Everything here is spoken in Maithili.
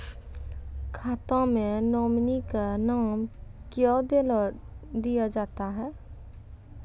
खाता मे नोमिनी का नाम क्यो दिया जाता हैं?